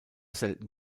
selten